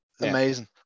Amazing